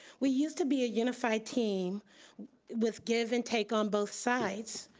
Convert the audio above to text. we used to be a unified team with give and take on both sides.